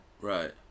Right